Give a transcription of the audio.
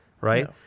right